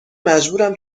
مجبورم